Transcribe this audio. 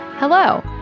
Hello